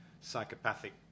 psychopathic